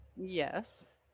Yes